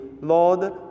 Lord